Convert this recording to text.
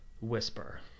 whisper